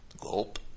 Gulp